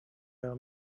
her